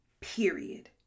period